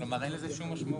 כלומר אין לזה שום משמעות.